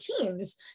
teams